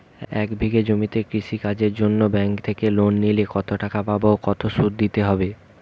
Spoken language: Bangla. এক বিঘে জমিতে কৃষি কাজের জন্য ব্যাঙ্কের থেকে লোন নিলে কত টাকা পাবো ও কত শুধু দিতে হবে?